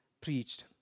preached